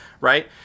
right